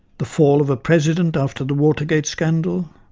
the fall of a president after the watergate scandal,